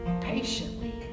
patiently